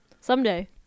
someday